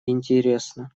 интересно